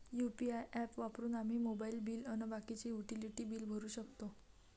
UPI app वापरून आम्ही mobile bill अन बाकीचे युटिलिटी बिल भरू शकतो